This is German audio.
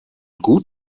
gut